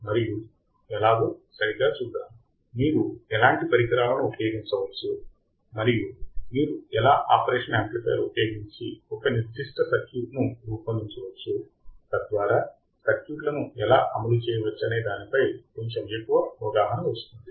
మరియు ఎలాగో మనము సరిగ్గాచూద్దాం మీరు ఎలాంటి పరికరాలను ఉపయోగించవచ్చు మరియు మీరు ఎలా ఆపరేషన్ యాంప్లిఫయర్ ఉపయోగించి ఒక నిర్దిష్ట సర్క్యూట్ను రూపొందించవచ్చు తద్వారా సర్క్యూట్ లను ఎలా అమలు చేయవచ్చనే దానిపై కొంచెం ఎక్కువ అవగాహన వస్తుంది